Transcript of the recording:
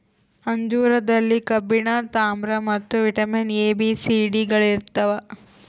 ಅಂಜೂರದಲ್ಲಿ ಕಬ್ಬಿಣ ತಾಮ್ರ ಮತ್ತು vitamin A B C D ಗಳಿರ್ತಾವ